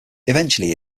eventually